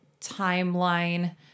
timeline